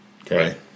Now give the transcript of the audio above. Okay